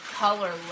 color